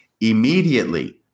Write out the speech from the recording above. immediately